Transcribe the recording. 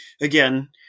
again